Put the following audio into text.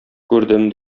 күрдем